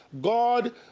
God